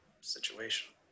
situation